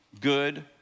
good